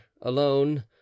alone